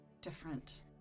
different